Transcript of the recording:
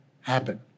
happen